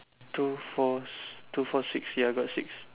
two four two four six ya got six